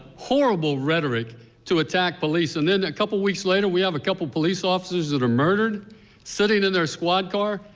horrible rhetoric to attack police and then a couple weeks later, we have a couple of police officers that are murdered sitting in their squad car.